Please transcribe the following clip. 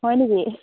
হয় নেকি